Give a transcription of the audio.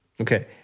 Okay